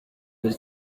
dore